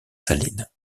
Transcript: salines